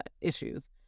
issues